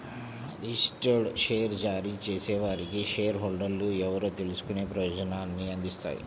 registered share జారీ చేసేవారికి share హోల్డర్లు ఎవరో తెలుసుకునే ప్రయోజనాన్ని అందిస్తాయి